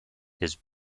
his